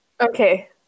okay